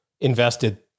invested